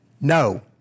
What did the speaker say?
No